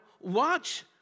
watch